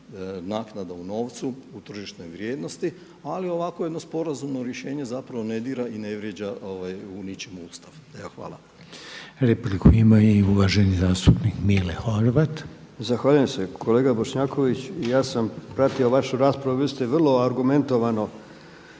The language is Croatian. naknada u novcu u tržišnoj vrijednosti, ali ovako jedno sporazumno rješenje ne dira i ne vrijeđa u ničemu Ustav. Hvala. **Reiner, Željko (HDZ)** Repliku ima i uvaženi zastupnik Mile Horvat. **Horvat, Mile (SDSS)** Zahvaljujem se. Kolega Bošnjaković, ja sam pratio vašu raspravu i vi ste vrlo argumentirano